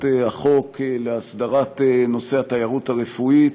החוק להסדרת נושא התיירות הרפואית,